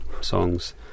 songs